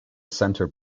centre